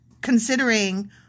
considering